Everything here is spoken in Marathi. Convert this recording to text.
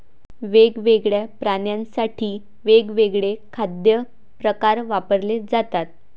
वेगवेगळ्या प्राण्यांसाठी वेगवेगळे खाद्य प्रकार वापरले जातात